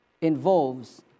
involves